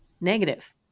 negative